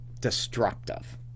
destructive